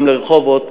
גם לרחובות,